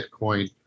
Bitcoin